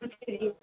சரி